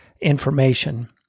information